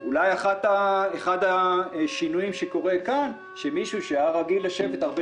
אולי כאן יש מקרה של מישהו שהיה רגיל לשבת הרבה